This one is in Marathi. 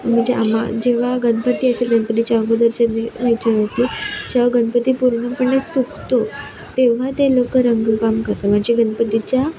म्हणजे आमा जेव्हा गणपती असेल गणपतीच्या अगोदरचे जेव्हा गणपती पूर्णपणे सुकतो तेव्हा ते लोकं रंगकाम करता म्हणजे गणपतीच्या